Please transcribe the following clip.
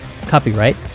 Copyright